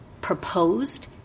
proposed